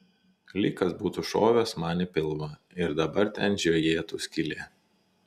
lyg kas būtų šovęs man į pilvą ir dabar ten žiojėtų skylė